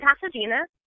Pasadena